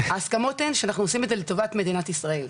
ההסכמות הן שאנחנו עושים את זה לטובת מדינת ישראל.